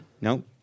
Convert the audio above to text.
No